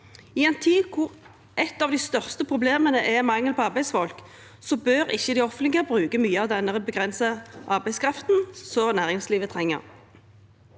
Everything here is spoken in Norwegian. I en tid da et av de største problemene er mangel på arbeidsfolk, bør ikke det offentlige bruke mye av denne begrensede arbeidskraften, som næringslivet trenger.